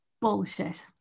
bullshit